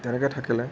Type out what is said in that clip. তেনেকৈ থাকিল